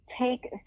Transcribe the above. take